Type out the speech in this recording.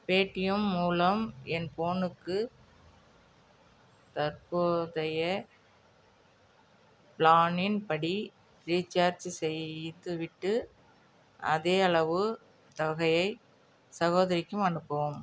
Paytm மூலம் என் ஃபோனுக்கு தற்போதைய பிளானின் படி ரீசார்ஜி செய்துவிட்டு அதேயளவு தொகையை சகோதரிக்கும் அனுப்பவும்